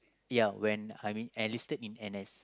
ya when I'm enlisted in N_S